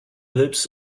lips